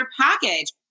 package